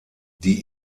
die